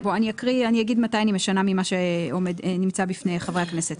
אני אקריא ואני אגיד מתי אני משנה ממה שנמצא בפני חברי הכנסת.